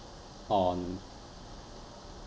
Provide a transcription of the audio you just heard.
on